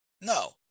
No